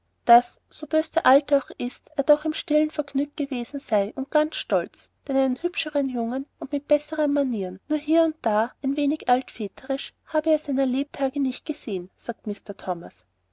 daß so bös der alte auch ist er doch im stillen vergnügt gewesen sei und ganz stolz denn einen hübscheren jungen und mit bessern manieren nur hier und da ein wenig altväterisch habe er seiner lebtage nicht gesehen sagt mr thomas